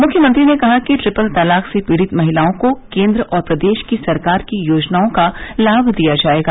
मुख्यमंत्री ने कहा कि ट्रिपल तलाक से पीड़ित महिलाओं को केन्द्र और प्रदेश सरकार की योजनाओं का लाभ दिया जायेगा